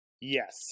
Yes